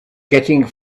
getting